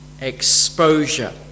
exposure